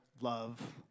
love